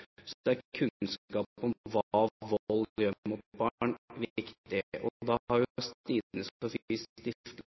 er kunnskap om hva vold gjør mot barn, viktig. Og da har